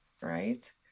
right